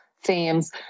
themes